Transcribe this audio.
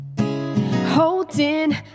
Holding